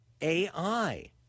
AI